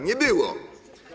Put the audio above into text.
Nie było!